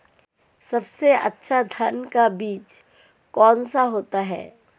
सबसे अच्छा धान का बीज कौन सा होता है?